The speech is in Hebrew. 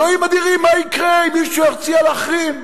אלוהים אדירים, מה יקרה אם מישהו יציע להחרים?